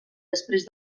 després